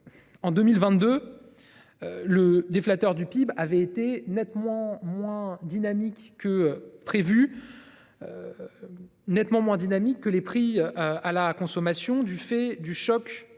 En 2022. Le déflecteur du PIB avait été nettement moins dynamique que prévu. Nettement moins dynamiques que les prix à la consommation du fait du choc